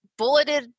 bulleted